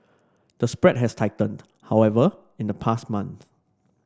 the spread has tightened however in the past month